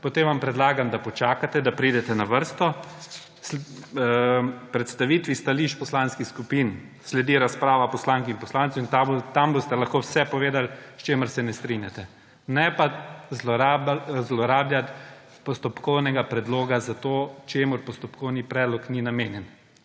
potem vam predlagam, da počakate, da pridete na vrsto, predstavitvi stališč poslanskih skupin sledi razprava poslank in poslancev in tam boste lahko vse povedali, o čem se ne strinjate. Ne pa zlorabljati postopkovnega predloga za to, čemur postopkovni predlog ni namenjen.